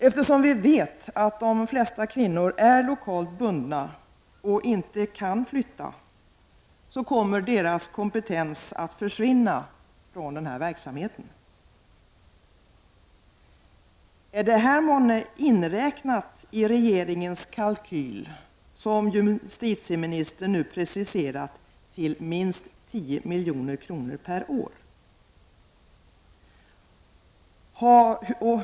Eftersom vi vet att de flesta kvinnor är lokalt bundna och inte kan flytta, kommer deras kompetens att försvinna från denna verksamhet. Är detta månne inräknat i regeringens kalkyl som justitieministern nu preciserat till minst 10 milj.kr. per år?